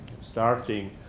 starting